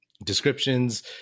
descriptions